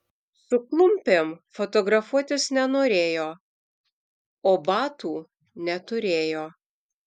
su klumpėm fotografuotis nenorėjo o batų neturėjo